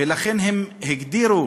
ולכן הם הגדירו